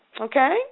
Okay